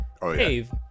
Dave